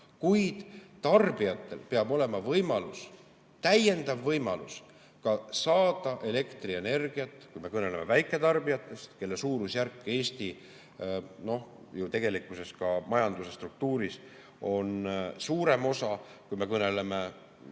kuid tarbijatel peab olema võimalus, täiendav võimalus saada elektrienergiat, kui me kõneleme väiketarbijatest, kelle suurusjärk on Eesti majanduse struktuuris suurem osa, kui me kõneleme